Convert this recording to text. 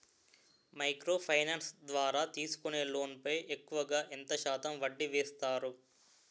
Micro finance ద్వారా తీసుకునే loan పై ఎక్కువుగా ఎంత శాతం వడ్డీ వేస్తారు?